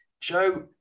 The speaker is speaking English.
Joe